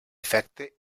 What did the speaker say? efecte